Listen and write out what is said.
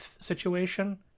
situation